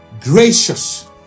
gracious